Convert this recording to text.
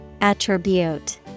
Attribute